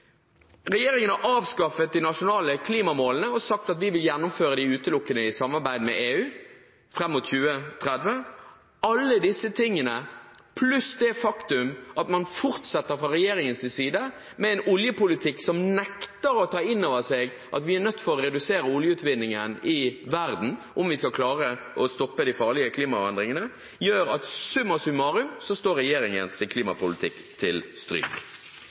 Regjeringen har avskaffet de nasjonale klimamålene og sagt at vi vil gjennomføre dem utelukkende i samarbeid med EU fram mot 2030. Alle disse tingene, pluss det faktum at man fra regjeringens side fortsetter med en oljepolitikk der en nekter å ta inn over seg at vi er nødt til å redusere oljeutvinningen i verden om vi skal klare å stoppe de farlige klimaendringene, gjør at summa summarum står regjeringens klimapolitikk til stryk.